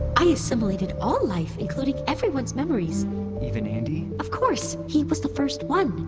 i assimilated all life including everyone's memories even andi? of course. he was the first one.